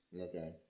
Okay